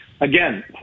Again